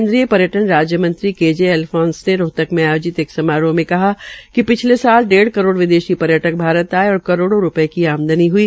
केन्द्रीय पर्यटन् राजय मंत्री के जे अल्फांस ने रोहेतक में आयोजित एक समारोह में कहा कि पिछले साल डेढ़ करोड़ विदेशी पर्यटक भारत आये और करोड़ों रूपये की आमदनी हई